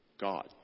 God